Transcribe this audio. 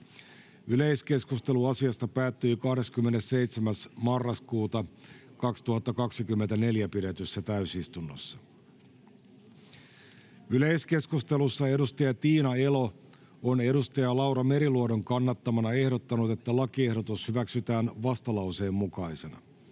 Yleiskeskustelu asiasta päättyi 27.11.2024 pidetyssä täysistunnossa. Yleiskeskustelussa edustaja Tiina Elo on edustaja Laura Meriluodon kannattamana ehdottanut, että lakiehdotus hyväksytään vastalauseen mukaisena.